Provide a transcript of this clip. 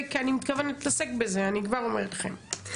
אני מתכוונת להתעסק בזה, אני כבר אומרת לכם.